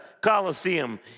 Coliseum